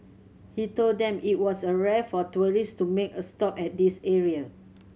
he told them it was a rare for tourists to make a stop at this area